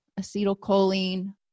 acetylcholine